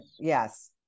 yes